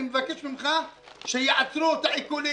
אני מבקש ממך שיעצרו את העיקולים,